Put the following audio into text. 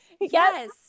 Yes